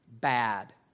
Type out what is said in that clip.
bad